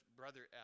Brother